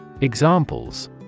Examples